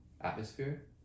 atmosphere